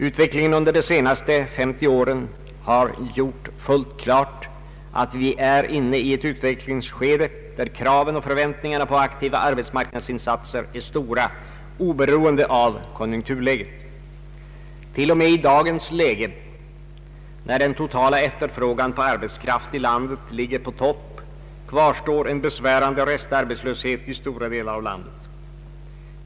Utvecklingen under de senaste 50 åren har gjort fullt klart att vi är inne i ett utvecklingsskede, där kraven och förväntningarna på aktiva arbetsmarknadsinsatser är stora, oberoende av konjunkturläget. Till och med i dagens läge, när den totala efterfrågan på arbetskraft i landet ligger på toppen, kvarstår en besvärande restarbetslöshet i stora delar av landet.